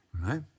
right